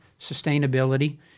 sustainability